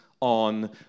on